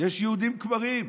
יש יהודים כמרים.